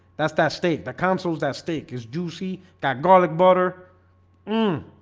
that's that state that consoles. that steak is do see that garlic butter um